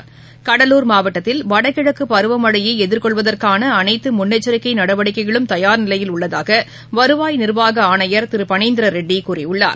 மாவட்டத்தில் கடலூர் வடகிழக்குபருவமழையைஎதிர்கொளவதற்கானஅனைத்துமுன்னெச்சரிக்கைநடவடிக்கைகளும் தயார்நிலையில் உள்ளதாகவருவாய் நிர்வாகஆணையர் திருபணீந்திரரெட்டிகூறியுள்ளார்